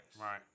Right